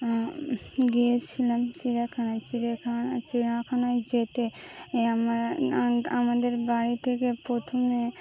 গিয়েছিলাম চিড়িয়াখানায় চিড়িয়াখানায় চিড়িয়াখানায় যেতে আমাদের বাড়ি থেকে প্রথমে